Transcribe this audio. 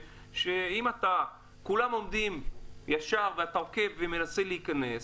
אם כולם עומדים ישר ואתה עוקף ומנסה להיכנס,